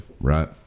Right